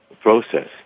process